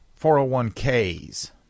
401ks